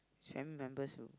family members who